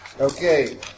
Okay